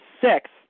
six